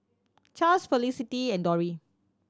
Charls Felicity and Dori